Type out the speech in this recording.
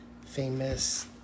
famous